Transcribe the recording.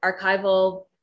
archival